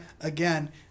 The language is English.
again